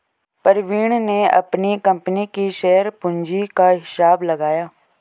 प्रवीण ने अपनी कंपनी की शेयर पूंजी का हिसाब लगाया